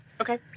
Okay